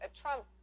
Trump